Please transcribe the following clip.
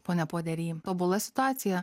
pone podery tobula situacija